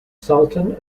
sultan